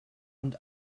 und